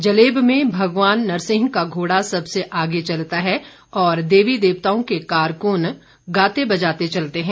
जलेब में भगवान नरसिंह का घोड़ा सबसे आगे चलता है और देवी देवताओं के कारकून गाते बजाते चलते हैं